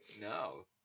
No